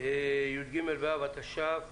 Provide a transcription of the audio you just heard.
י"ג באב התש"ף,